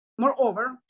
Moreover